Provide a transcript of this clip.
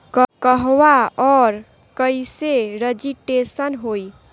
कहवा और कईसे रजिटेशन होई?